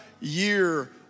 year